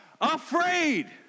afraid